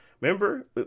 Remember